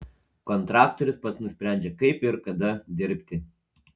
kontraktorius pats nusprendžia kaip ir kada dirbti